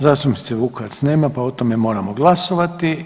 Zastupnice Vukovac nema pa o tome moramo glasovati.